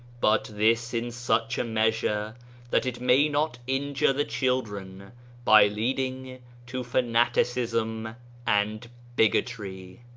but this in such a measure that it may not injure the children by leading to fanaticism and bigotry.